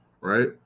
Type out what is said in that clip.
right